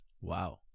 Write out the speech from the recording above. Wow